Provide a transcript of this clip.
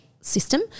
system